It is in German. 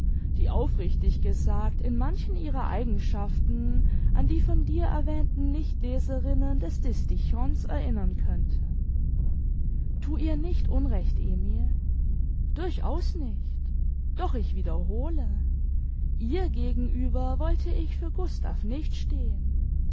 die aufrichtig gesagt in manchen ihrer eigenschaften an die von dir erwähnten nichtleserinnen des distichons erinnern könnte thu ihr nicht unrecht emil durchaus nicht doch ich wiederhole ihr gegenüber wollte ich für gustav nicht stehen